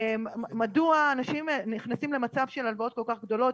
מדוע אנשים נכנסים למצב של הלוואות כל כך גדולות.